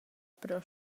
però